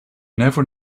never